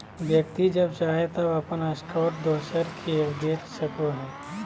व्यक्ति जब चाहे तब अपन स्टॉक दोसर के बेच सको हइ